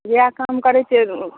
इएह काम करैत छियै